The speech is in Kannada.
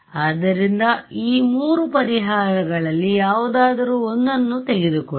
ಆದ್ದರಿಂದ ಈ ಮೂರು ಪರಿಹಾರಗಳಲ್ಲಿ ಯಾವುದಾದರೂ ಒಂದನ್ನು ತೆಗೆದುಕೊಳ್ಳಿ